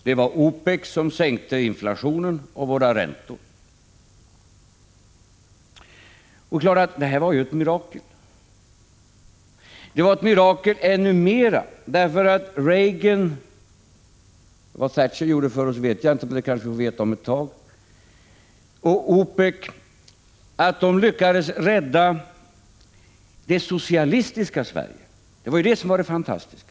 Det var OPEC som sänkte inflationen och våra räntor. Det är klart att detta var ett mirakel. Det var det ännu mera därför att Reagan och OPEC — vad Thatcher gjorde för oss vet jag inte, men det kanske vi får veta om ett tag — lyckades rädda det socialistiska Sverige. Detta var det fantastiska.